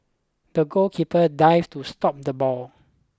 the goalkeeper dived to stop the ball